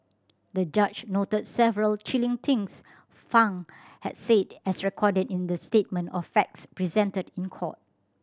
the judge noted several chilling things Fang had said as recorded in the statement of facts presented in court